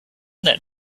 that